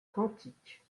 quantiques